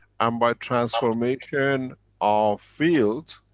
and by transformation and of fields,